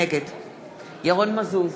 נגד ירון מזוז,